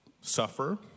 suffer